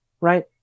Right